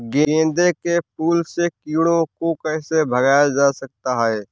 गेंदे के फूल से कीड़ों को कैसे भगाया जा सकता है?